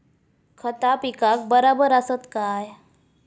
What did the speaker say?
खता पिकाक बराबर आसत काय?